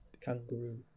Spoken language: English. kangaroo